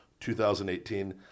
2018